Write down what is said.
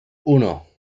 uno